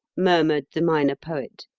murmured the minor poet.